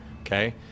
okay